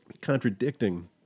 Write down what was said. contradicting